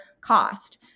cost